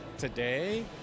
Today